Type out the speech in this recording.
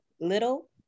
little